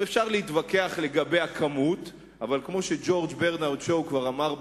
אבל כמו שג'ורג' ברנרד שו כבר אמר,